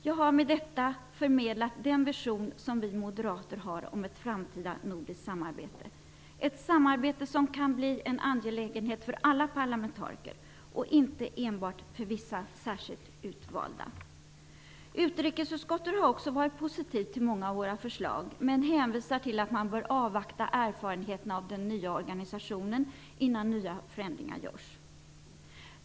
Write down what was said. Jag har med detta förmedlat den vision som vi moderater har om ett framtida nordiskt samarbete, ett samarbete som kan bli en angelägenhet för alla parlamentariker och inte enbart för vissa särskilt utvalda. Utrikesutskottet har också varit positivt till många av våra förslag men hänvisar till att man bör avvakta erfarenheterna av den nya organisationen innan nya förändringar görs.